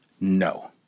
no